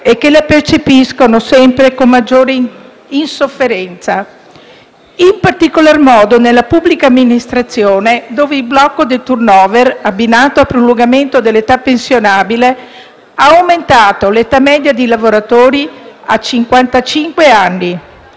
che la percepiscono sempre con maggiore insofferenza, in particolar modo nella pubblica amministrazione, dove il blocco del *turnover*, abbinato al prolungamento dell'età pensionabile, ha aumentato l'età media dei lavoratori a